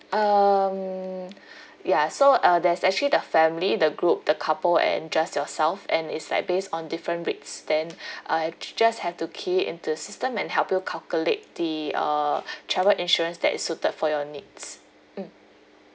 um ya so uh there's actually the family the group the couple and just yourself and is like based on different rates then I ju~ just have to key it into the system and help you calculate the uh travel insurance that is suited for your needs mm